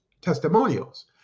testimonials